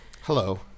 hello